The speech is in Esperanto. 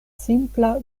simpla